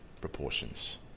proportions